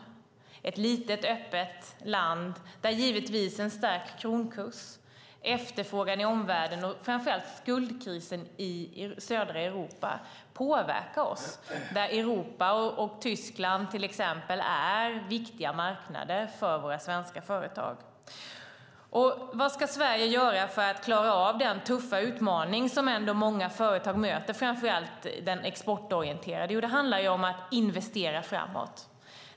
Vi är ett litet, öppet land där en stark kronkurs, efterfrågan i omvärlden och framför allt skuldkrisen i södra Europa påverkar oss. Europa och till exempel Tyskland är viktiga marknader för våra svenska företag. Vad ska Sverige göra för att klara av den tuffa utmaning som framför allt exportorienterade företag möter? Jo, det handlar om att investera framåt.